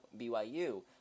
BYU